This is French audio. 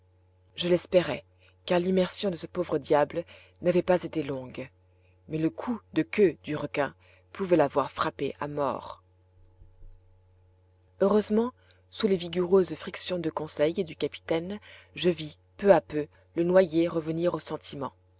je l'espérais car l'immersion de ce pauvre diable n'avait pas été longue mais le coup de queue du requin pouvait l'avoir frappé à mort heureusement sous les vigoureuses frictions de conseil et du capitaine je vis peu à peu le noyé revenir au sentiment